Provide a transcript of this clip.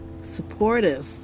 supportive